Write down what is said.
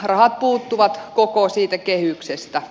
rahat puuttuvat koko siitä kehyksestä